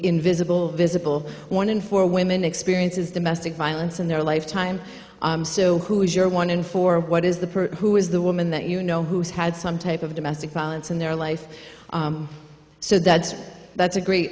invisible visible one in four women experiences domestic violence in their lifetime so who is your one in four what is the who is the woman that you know who's had some type of domestic violence in their life so that that's a great